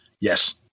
Yes